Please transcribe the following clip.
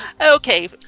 Okay